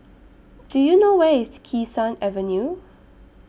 Do YOU know Where IS Kee Sun Avenue